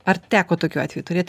ar teko tokių atvejų turėt